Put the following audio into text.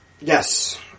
Yes